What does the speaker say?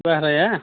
भाराया